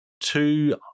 two